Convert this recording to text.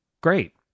Great